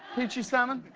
peachy salmon?